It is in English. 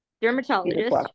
dermatologist